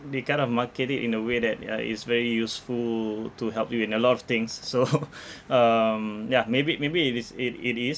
they kind of market it in a way that uh is very useful to help you in a lot of things so um yeah maybe maybe it is it it is